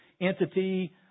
entity